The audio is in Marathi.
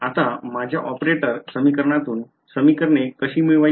आता माझ्या ऑपरेटर समीकरणातून समीकरणे कशी मिळवायची